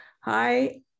Hi